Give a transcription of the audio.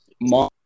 mom